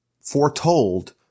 foretold